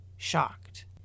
Shocked